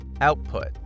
Output